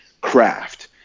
craft